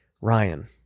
Ryan